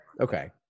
Okay